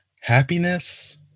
Happiness